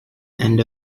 end